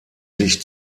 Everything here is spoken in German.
sich